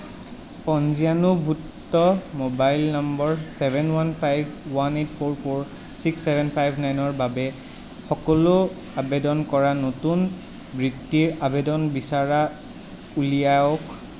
পঞ্জীয়নভুক্ত mobile number seven one five one eight four four six seven five নাইনৰ বাবে সকলো আবেদন কৰা নতুন বৃত্তিৰ আবেদন বিচাৰি উলিয়াওক